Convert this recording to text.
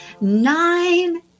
nine